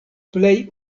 plej